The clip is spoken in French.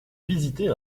visiter